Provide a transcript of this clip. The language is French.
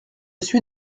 suis